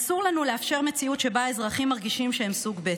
אסור לנו לאפשר מציאות שבה אזרחים מרגישים שהם סוג ב'.